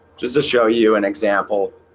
just to show you an example